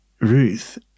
Ruth